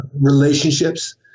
relationships